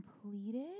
completed